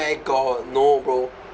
where got no bro